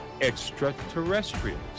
extraterrestrials